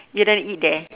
you don't want to eat there